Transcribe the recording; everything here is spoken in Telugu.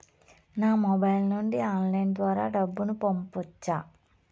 నా మొబైల్ నుండి ఆన్లైన్ ద్వారా డబ్బును పంపొచ్చా